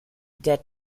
der